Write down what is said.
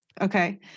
Okay